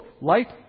light